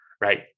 right